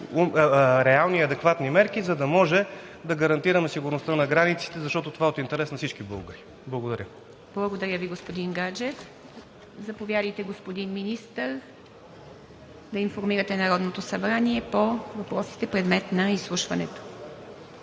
реални и адекватни мерки, за да може да гарантираме сигурността на границите, защото това е от интерес на всички българи. Благодаря Ви. ПРЕДСЕДАТЕЛ ИВА МИТЕВА: Благодаря Ви, господин Гаджев. Заповядайте, господин Министър, да информирате Народното събрание по въпросите, предмет на изслушването.